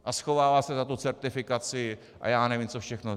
A schovává se za tu certifikaci a já nevím, co všechno.